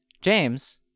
James